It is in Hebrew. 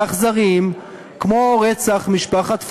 ואכזריים כמו רצח משפחת פוגל.